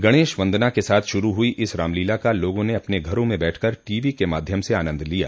गणेश वंदना के साथ शुरू हुई इस रामलीला का लोगों ने अपन घरों में बैठकर टीवी के माध्यम से आनन्द लिया